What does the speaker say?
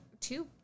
two